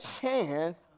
chance